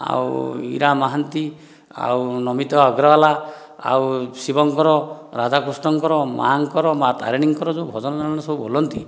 ଆଉ ଇରା ମହାନ୍ତି ଆଉ ନମିତା ଅଗ୍ରଵାଲା ଆଉ ଶିବଙ୍କର ରାଧାକୃଷ୍ଣଙ୍କର ଆଉ ମାଆଙ୍କର ମା ତାରିଣୀଙ୍କର ଯେଉଁ ଭଜନ ଜଣାଣ ସବୁ ବୋଲନ୍ତି